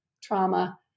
trauma